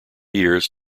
years